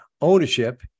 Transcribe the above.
ownership